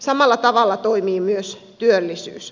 samalla tavalla toimii myös työllisyys